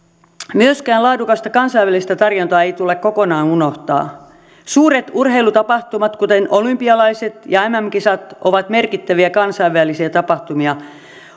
myöskään laadukasta kansainvälistä tarjontaa ei tule kokonaan unohtaa suuret urheilutapahtumat kuten olympialaiset ja mm kisat ovat merkittäviä kansainvälisiä tapahtumia